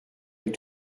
avec